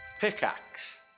pickaxe